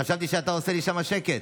חשבתי שאתה עושה לי שם שקט.